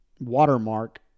watermark